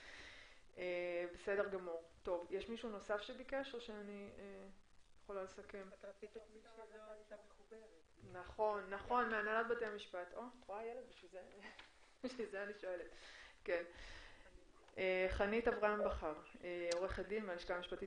חנית אברהם בכר, עו"ד מהלשכה המשפטית